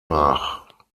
nach